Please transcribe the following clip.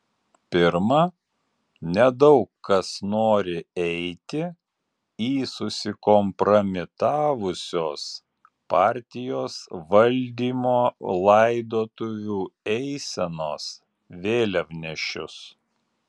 pirma nedaug kas nori eiti į susikompromitavusios partijos valdymo laidotuvių eisenos vėliavnešius